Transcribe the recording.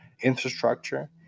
infrastructure